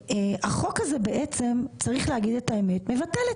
החוק הזה צריך להגיד את האמת מבטל את